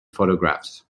photographs